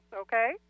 okay